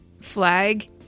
flag